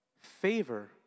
Favor